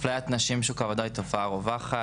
אפליית נשים בשוק העבודה היא תופעה רווחת.